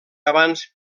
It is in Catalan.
abans